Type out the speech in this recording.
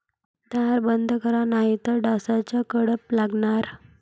दार बंद करा नाहीतर डासांचा कळप लागणार